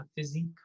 physique